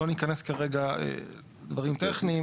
לא ניכנס כרגע לדברים טכניים.